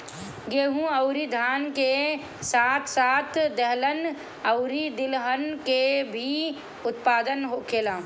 गेहूं अउरी धान के साथ साथ दहलन अउरी तिलहन के भी उत्पादन होखेला